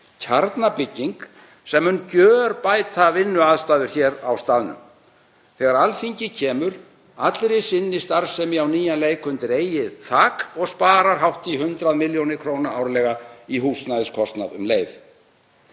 kjarnabygging, sem mun gjörbæta vinnuaðstæður hér á staðnum þegar Alþingi kemur allri sinni starfsemi á nýjan leik undir eigið þak og sparar hátt í 100 millj. kr. árlega í húsnæðiskostnað um leið.